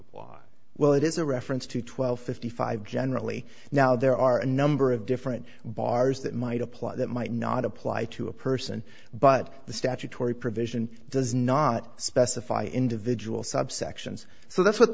why well it is a reference to twelve fifty five generally now there are a number of different bars that might apply that might not apply to a person but the statutory provision does not specify individual subsections so that's what